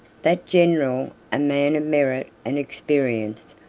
that general, a man of merit and experience,